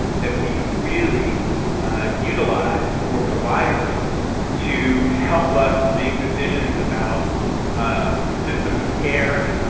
and that we really utilize for providers to help us make decisions about systems of care,